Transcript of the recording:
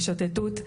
בשוטטות,